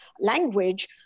language